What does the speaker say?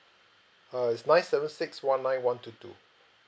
uh it's nine seven six one nine one two two